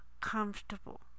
comfortable